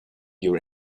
your